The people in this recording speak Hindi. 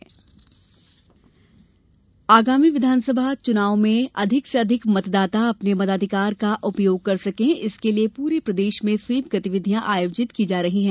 स्वीप अभियान आगामी विधानसभा निर्वाचन में अधिक से अधिक मतदाता अपने मताधिकार का उपयोग करे इसके लिए पूरे प्रदेश में स्वीप गतिविधियां आयोजित की जा रही है